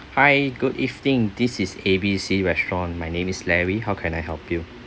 hi good evening this is A B C restaurant my name is larry how can I help you